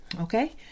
okay